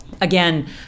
again